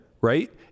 Right